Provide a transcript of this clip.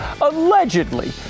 allegedly